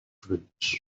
fruits